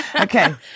Okay